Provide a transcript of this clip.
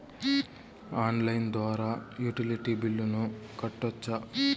Online ద్వారా utility బిల్లులను కట్టొచ్చా?